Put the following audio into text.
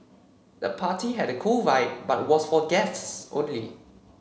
the party had a cool vibe but was for guests only